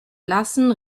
blassen